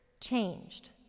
changed